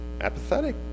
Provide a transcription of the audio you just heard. apathetic